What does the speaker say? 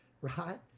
Right